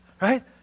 right